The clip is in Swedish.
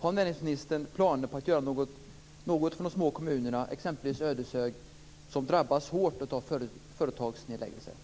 Har näringsministern planer på att göra något för de små kommunerna, exempelvis Ödeshög, som drabbas hårt av företagsnedläggelser?